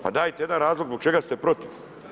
Pa dajte jedan razlog zbog čega ste protiv.